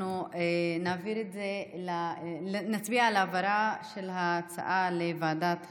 אנחנו נצביע על העברה של ההצעה לוועדת הבריאות.